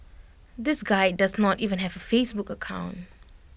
this guy does not even have A Facebook account